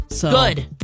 Good